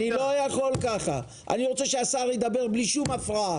אני רוצה שהשר ידבר בלי שום הפרעה.